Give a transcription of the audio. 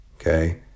okay